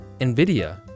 NVIDIA